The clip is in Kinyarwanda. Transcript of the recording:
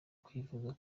kwivuza